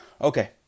Okay